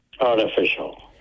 artificial